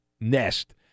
nest